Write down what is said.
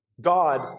God